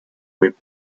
with